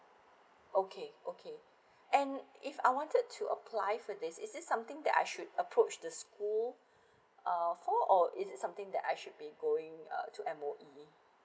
okay okay and if I wanted to apply for this is this something that I should approach the school uh for or is it something that I should be going uh to M_O_E